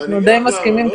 אנחנו כנראה די מסכימים.